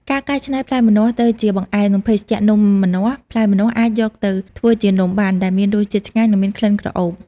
ការកែច្នៃផ្លែម្នាស់ទៅជាបង្អែម និងភេសជ្ជៈនំម្នាស់ ផ្លែម្នាស់អាចយកទៅធ្វើជានំបាន ដែលមានរសជាតិឆ្ងាញ់ និងមានក្លិនក្រអូប។